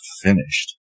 finished